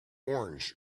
orange